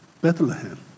Bethlehem